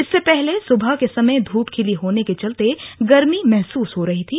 इससे पहले सुबह के समय धूप खिली होने के चलते गर्मी महसूस हो रही थी